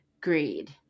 greed